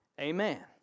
Amen